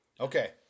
Okay